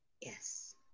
Yes